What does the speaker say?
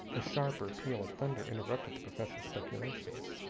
a sharper peal of thunder interrupted the professor's speculations.